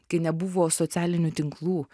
kai nebuvo socialinių tinklų